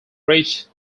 reached